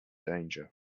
danger